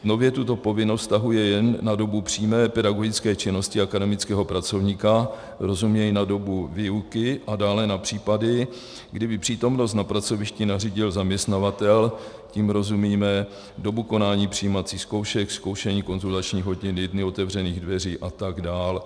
Nově tuto povinnost vztahuje jen na dobu přímé pedagogické činnosti akademického pracovníka, rozuměj na dobu výuky, a dále na případy, kdy by přítomnost na pracovišti nařídil zaměstnavatel, tím rozumíme dobu konání přijímacích zkoušek, zkoušení, konzultační hodiny, dny otevřených dveří a tak dál.